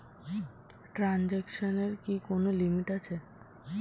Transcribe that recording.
ট্রানজেকশনের কি কোন লিমিট আছে?